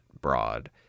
broad